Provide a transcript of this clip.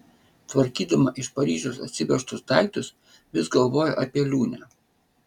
tvarkydama iš paryžiaus atsivežtus daiktus vis galvojo apie liūnę